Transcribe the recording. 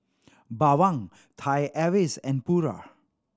Bawang Thai Airways and Pura